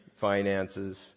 finances